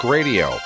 Radio